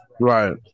Right